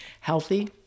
healthy